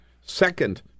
second